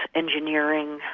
engineering,